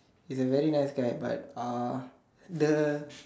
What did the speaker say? he's a very nice guy but uh the